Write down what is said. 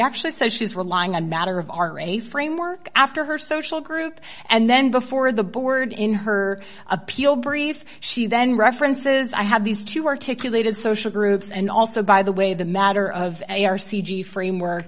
actually says she's relying on matter of are a framework after her social group and then before the board in her appeal brief she then references i have these two articulated social groups and also by the way the matter of a r c d framework